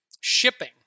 shipping